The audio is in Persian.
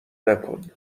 نکن